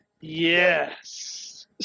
Yes